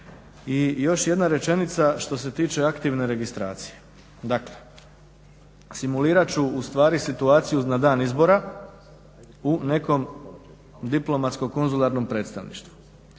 I još jedna rečenica, što se tiče aktivne registracije. Dakle, simulirat ću ustvari situaciju na dan izbora u nekom diplomatsko-konzularnom predstavništvu.